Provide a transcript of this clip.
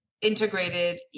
integrated